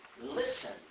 listen